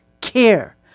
care